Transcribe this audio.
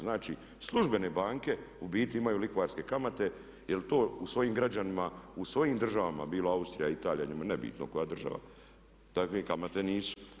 Znači, službene banke u biti imaju lihvarske kamate jer to svojim građanima u svojim državama bilo Austrija, Italija, nebitno koja država takve kamate nisu.